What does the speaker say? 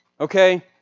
Okay